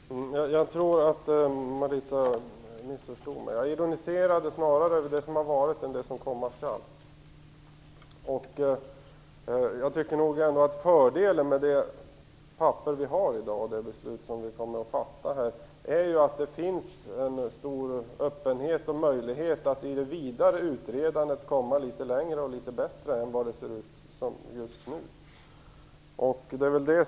Herr talman! Jag tror att Marita Ulvskog missförstod mig. Jag ironiserade snarare över det som har varit än över det som komma skall. Jag tycker att fördelen med det här förslaget och det beslut som vi kommer att fatta nu är att det öppnas möjlighet att i det vidare utredandet komma litet längre och komma fram till något bättre än vad som nu gäller.